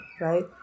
right